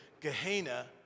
Gehenna